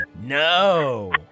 No